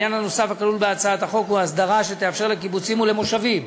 עניין נוסף הכלול בהצעת החוק הוא הסדרה שתאפשר לקיבוצים ולמושבים